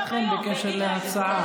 מה עמדתכם בקשר להצעה?